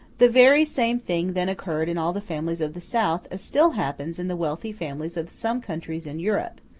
the very same thing then occurred in all the families of the south as still happens in the wealthy families of some countries in europe,